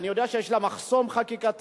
אני יודע שיש לה מחסום חקיקתי,